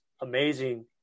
amazing